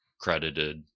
credited